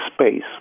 space